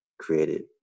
created